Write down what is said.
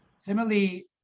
similarly